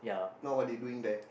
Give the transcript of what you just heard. now what they doing there